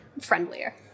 friendlier